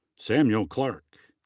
samuel clark.